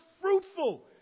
fruitful